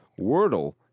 Wordle